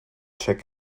check